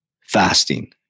fasting